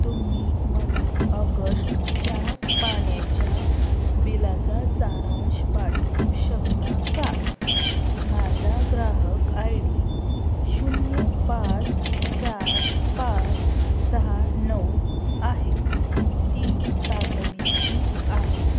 तुम्ही मला ऑगस्ष्टच्या पाण्याच्या बिलाचा सारांश पाठवू शकता का माझा ग्राहक आय डी शून्य पाच चार पाच सहा नऊ आहे ती तातडीची आहे